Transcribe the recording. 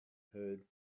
heard